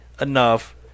enough